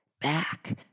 back